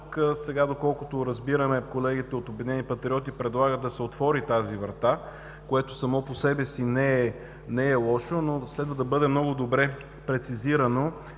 Тук, доколкото разбираме, колегите от „Обединени патриоти“ предлагат да се отвори тази врата, което само по себе си не е лошо, но следва да бъде много добре прецизирано